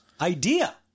idea